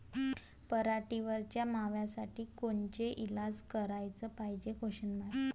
पराटीवरच्या माव्यासाठी कोनचे इलाज कराच पायजे?